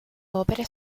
opere